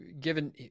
given